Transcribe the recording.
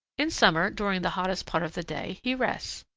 in summer, during the hottest part of the day, he rests.